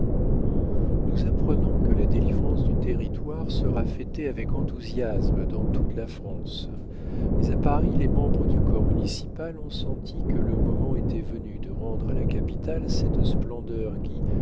nous apprenons que la délivrance du territoire sera fêtée avec enthousiasme dans toute la france mais à paris les membres du corps municipal ont senti que le moment était venu de rendre à la capitale cette splendeur qui